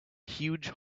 huge